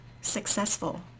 successful